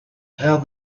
how